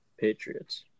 Patriots